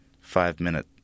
five-minute